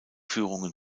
führungen